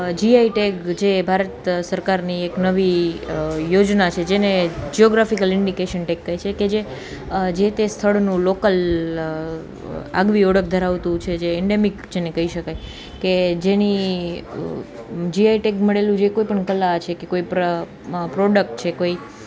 GI tag જે ભારત સરકારની એક નવી યોજના છે જેને જીઓગ્રાફીકલ ઇન્ડીકેશન ટેગ કહે છે કે જે જે તે સ્થળનું લોકલ આગવી ઓળખ ધરાવતું છે જે ઇંડેમિક જેને કહી શકાય કે જેની જીઆઈ ટેગ મળેલું જે કોઈ પણ કલા છે કે કોઇપણ પ્રોડક્ટ છે કોઈ